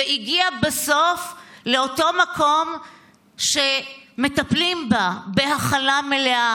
והגיעה בסוף לאותו מקום שבו מטפלים בה בהכלה מלאה,